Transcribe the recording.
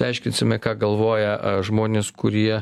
aiškinsime ką galvoja žmonės kurie